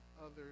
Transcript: others